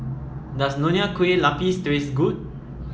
does Nonya Kueh Lapis taste good